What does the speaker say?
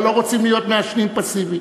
אבל לא רוצים להיות מעשנים פסיביים.